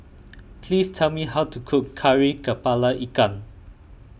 please tell me how to cook Kari Kepala Ikan